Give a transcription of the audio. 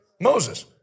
Moses